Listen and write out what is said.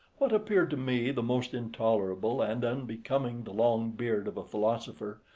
what appeared to me the most intolerable and unbecoming the long beard of a philosopher,